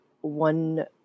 one